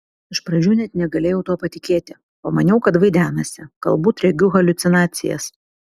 iš pradžių net negalėjau tuo patikėti pamaniau kad vaidenasi galbūt regiu haliucinacijas